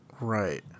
Right